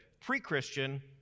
pre-Christian